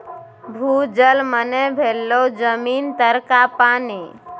भूजल मने भेलै जमीन तरका पानि